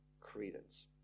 credence